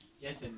Yes